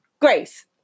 grace